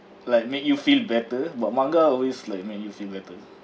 like make you feel better but manga always like make you feel better